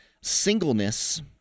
singleness